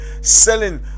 selling